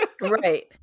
right